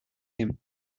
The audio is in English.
him